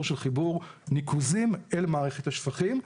של חיבור ניקוזים אל מערכת השפכים,